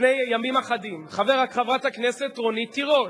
לפני ימים אחדים, חברת הכנסת רונית תירוש: